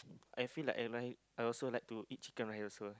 I feel like I like I also like to eat chicken rice also